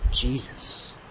Jesus